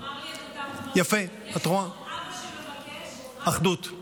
הוא אמר לי את אותם דברים, אבא שמבקש רק אחדות.